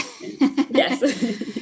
Yes